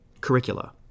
curricula